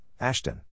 Ashton